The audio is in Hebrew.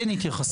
אין התייחסות.